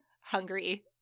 hungry